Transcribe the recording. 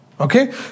Okay